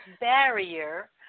barrier